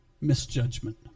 misjudgment